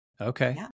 Okay